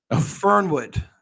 Fernwood